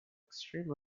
extreme